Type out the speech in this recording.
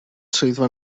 swyddfa